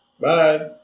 Bye